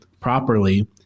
properly